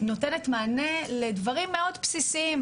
נותנת מענה לדברים מאוד בסיסיים,